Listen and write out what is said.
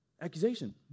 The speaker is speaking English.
accusation